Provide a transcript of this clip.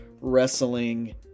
wrestling